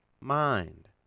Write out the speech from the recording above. mind